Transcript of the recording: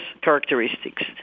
characteristics